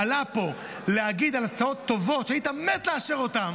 עולה פה להגיד על הצעות טובות שהיית מת לאשר אותן,